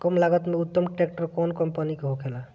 कम लागत में उत्तम ट्रैक्टर कउन कम्पनी के होखेला?